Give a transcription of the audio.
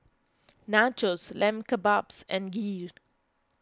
Nachos Lamb Kebabs and Kheer